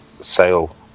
sale